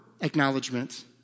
acknowledgement